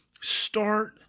Start